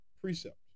precept